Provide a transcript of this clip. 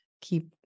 keep